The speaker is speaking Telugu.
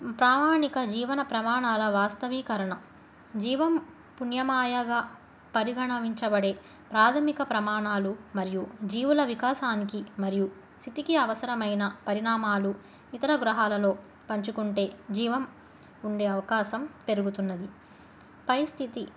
ప్రామాణిక జీవన ప్రమాణాల వాస్తవీకరణ జీవం పుణ్యమాయగా పరిగణించబడి ప్రాథమిక ప్రమాణాలు మరియు జీవుల వికాసానికి మరియు స్థితికి అవసరమైన పరిణామాలు ఇతర గ్రహాలలో పంచుకుంటే జీవం ఉండే అవకాశం పెరుగుతున్నది పరిస్థితి